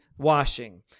Washing